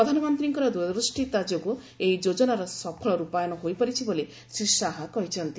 ପ୍ରଧାନମନ୍ତ୍ରୀଙ୍କର ଦୂରଦୃଷ୍ଟିତାକୁ ଯୋଗୁଁ ଏହି ଯୋଜନାର ସଫଳ ରୂପାୟନ ହୋଇପାରିଛି ବୋଲି ଶ୍ରୀ ଶାହା କହିଛନ୍ତି